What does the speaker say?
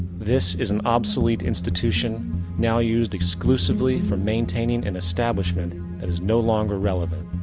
this is an obsolete institution now used exclusively for maintaining an establishment that is no longer relevant.